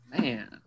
man